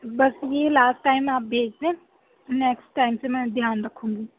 بس یہ last time آپ بھیج دیں نیکسٹ ٹائم سے میں دھیان رکھوں گی